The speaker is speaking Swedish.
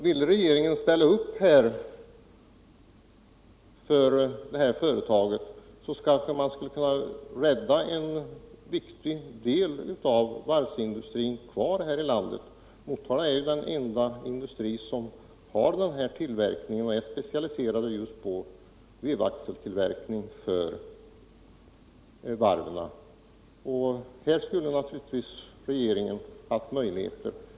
Vill regeringen ställa upp för det här företaget, kanske man skulle kunna rädda en viktig del av varvsindustrin kvar här i landet. Industrin i Motala är ju den enda som är specialiserad just på vevaxeltillverkning för varven. Här skulle regeringen ha möjligheter att göra något.